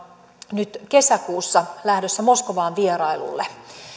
nyt kesäkuussa lähdössä moskovaan vierailulle